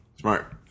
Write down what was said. smart